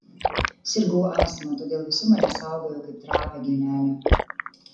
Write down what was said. sirgau astma todėl visi mane saugojo kaip trapią gėlelę